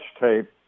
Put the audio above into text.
tape